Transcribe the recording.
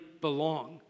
belong